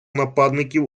нападників